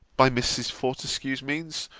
by mrs. fortescue's means,